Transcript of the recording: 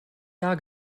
jahr